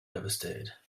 devastated